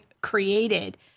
created